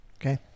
Okay